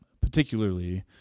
particularly